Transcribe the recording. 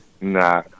Nah